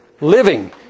living